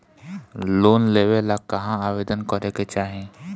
Loan लेवे ला कहाँ आवेदन करे के चाही?